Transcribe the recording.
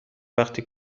وقتی